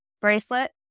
bracelet